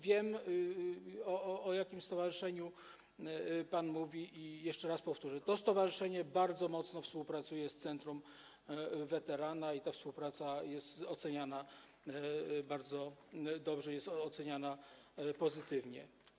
Wiem, o jakim stowarzyszeniu pan mówi, i jeszcze raz powtórzę: to stowarzyszenie bardzo mocno współpracuje z centrum weterana i ta współpraca jest oceniana bardzo dobrze, jest oceniana pozytywnie.